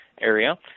area